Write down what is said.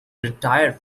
retired